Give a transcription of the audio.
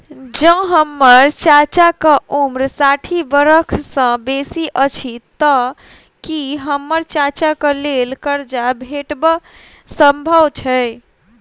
जँ हम्मर चाचाक उम्र साठि बरख सँ बेसी अछि तऽ की हम्मर चाचाक लेल करजा भेटब संभव छै?